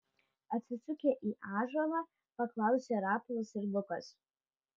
atsisukę į ąžuolą paklausė rapolas ir lukas